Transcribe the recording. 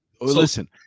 Listen